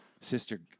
sister